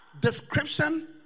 description